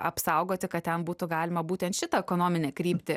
apsaugoti kad ten būtų galima būtent šitą ekonominę kryptį